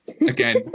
again